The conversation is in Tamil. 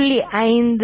5 4